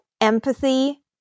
empathy